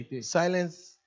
Silence